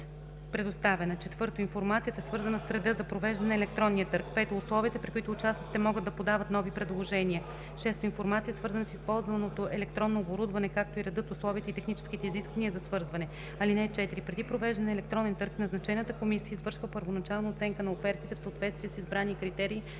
предоставена; 4. информацията, свързана с реда за провеждане на електронния търг; 5. условията, при които участниците могат да подават нови предложения; 6. информация, свързана с използваното електронно оборудване, както и редът, условията и техническите изисквания за свързване. (4) Преди провеждане на електронен търг назначената комисия извършва първоначална оценка на офертите в съответствие с избрания критерий